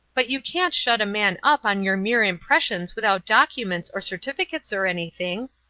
but you can't shut a man up on your mere impressions without documents or certificates or anything?